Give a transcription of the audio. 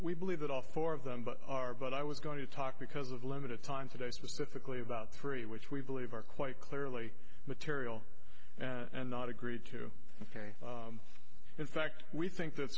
we believe that all four of them are but i was going to talk because of limited time today specifically about three which we believe are quite clearly material and not agreed to ok in fact we think th